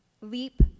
leap